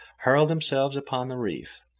hurl themselves upon the reef,